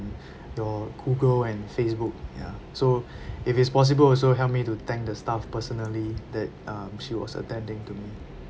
your google and facebook ya so if it's possible also help me to thank the staff personally that um she was attending to me